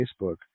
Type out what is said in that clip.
Facebook